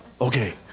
Okay